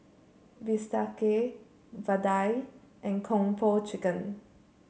Bistake Vadai and Kung Po Chicken